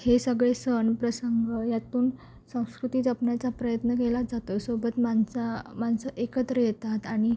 हे सगळे सण प्रसंग यातून संस्कृती जपण्याचा प्रयत्न केलाच जातो सोबत माणसा माणसं एकत्र येतात आणि